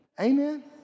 Amen